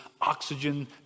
oxygen